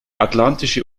atlantische